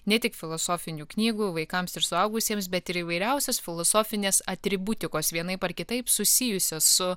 ne tik filosofinių knygų vaikams ir suaugusiems bet ir įvairiausios filosofinės atributikos vienaip ar kitaip susijusios su